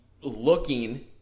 looking